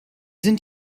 sind